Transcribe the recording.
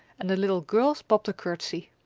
and the little girls bobbed a courtesy.